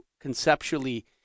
conceptually